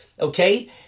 okay